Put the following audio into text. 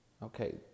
Okay